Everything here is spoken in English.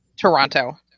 Toronto